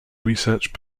research